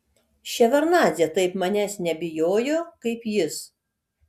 ševardnadzė taip manęs nebijojo kaip jis